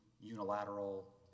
unilateral